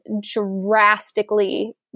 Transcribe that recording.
drastically